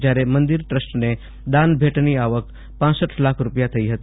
જ્યારે મંદિર ટ્રસ્ટને દાન ભેટની આવક કપ લાખ રૂપિયા થઇ ફતી